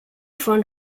von